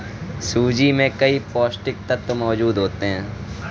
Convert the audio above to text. सूजी में कई पौष्टिक तत्त्व मौजूद होते हैं